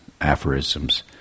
aphorisms